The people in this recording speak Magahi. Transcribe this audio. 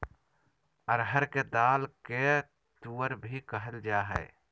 अरहर के दाल के तुअर भी कहल जाय हइ